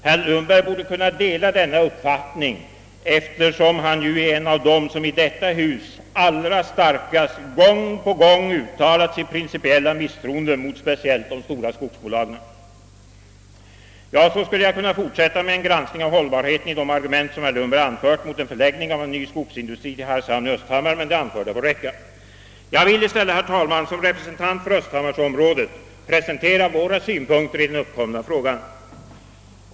Herr Lundberg borde kunna dela denna uppfattning eftersom han ju är en av dem som i detta hus allra starkast gång på gång uttalat sitt principiella misstroende mot speciellt de stora skogsaktiebolagen. Jag skulle kunna fortsätta med en granskning av hållbarheten i de argument som herr Lundberg anfört mot en förläggning av en ny skogsindustri till Hargshamn i Östhammar, men det anförda får räcka. Jag vill i stället, herr talman, som representant för östhammarsområdet presentera våra synpunkter i den uppkomna frågan.